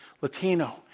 Latino